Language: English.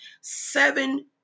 seven